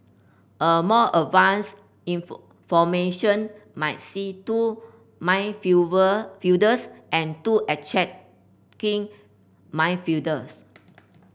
a more advanced formation might see two my and two attacking midfielders